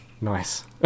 nice